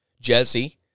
Jesse